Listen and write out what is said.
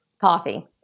Coffee